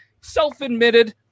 self-admitted